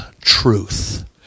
truth